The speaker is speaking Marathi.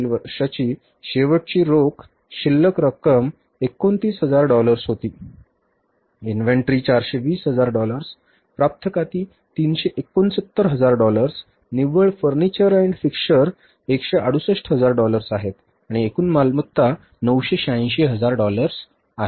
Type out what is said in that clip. मागील वर्षाची शेवटची रोख शिल्लक रक्कम 29 हजार डॉलर्स होती इन्व्हेंटरी 420 हजार डॉलर्स प्राप्त खाती 369 हजार डॉलर्स निव्वळ फर्निचर आणि फिक्स्चर 168 हजार डॉलर्स आहेत आणि एकूण मालमत्ता 986 हजार डॉलर्स आहे